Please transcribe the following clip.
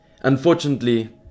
Unfortunately